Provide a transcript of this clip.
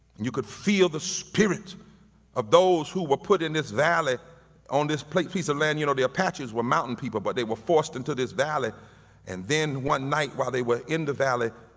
and you could feel the spirit of those who were put in this valley on this piece of land. you know the apaches were mountain people, but they were forced into this valley and then one night while they were in the valley,